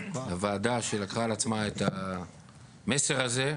הוועדה שלקחה על עצמה את המסר הזה,